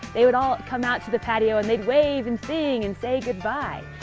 they would all come out to the patio and they'd wave and sing and say goodbye,